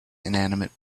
inanimate